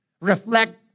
reflect